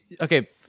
Okay